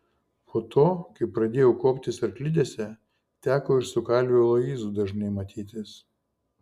po to kai pradėjau kuoptis arklidėse teko ir su kalviu aloyzu dažnai matytis